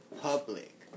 public